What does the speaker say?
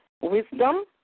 wisdom